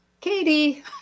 Katie